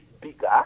bigger